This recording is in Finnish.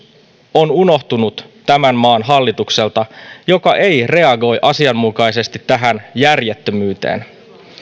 ovat unohtuneet tämän maan hallitukselta joka ei reagoi asianmukaisesti tähän järjettömyyteen